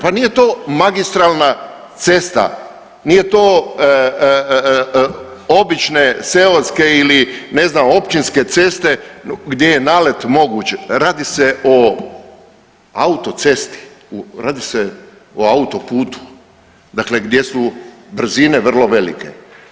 Pa nije to magistralna cesta, nije to obične seoske ili ne znam općinske ceste gdje je nalet moguć, radi se o autocesti, radi se o autoputu dakle gdje su brzine vrlo velike.